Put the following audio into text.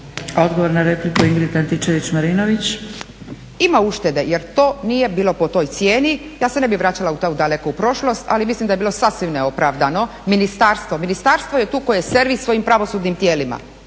Marinović, Ingrid (SDP)** Ima uštede jer to nije bilo po toj cijeni. Ja se ne bi vraćala u tako daleku prošlost, ali mislim da je bilo sasvim neopravdano. Ministarstvo, ministarstvo je tu koje je servis svojim pravosudnim tijelima